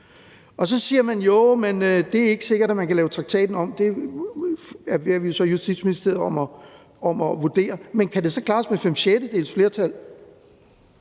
så siger man, at jo, men det er ikke sikkert, at man kan lave traktaten om. Det beder vi så Justitsministeriet om at vurdere. Men kan det så klares med fem